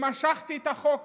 ומשכתי את החוק